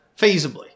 Feasibly